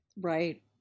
Right